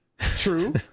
True